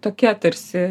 tokia tarsi